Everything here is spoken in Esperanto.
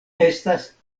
estas